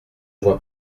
vois